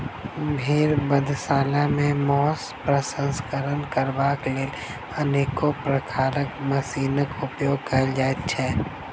भेंड़ बधशाला मे मौंस प्रसंस्करण करबाक लेल अनेको प्रकारक मशीनक उपयोग कयल जाइत छै